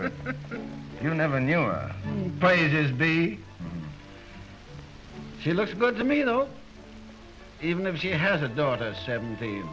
but you never knew a phrase is the she looks good to me though even if she has a daughter seventy